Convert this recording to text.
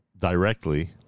directly